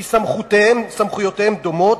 כי סמכויותיהם דומות,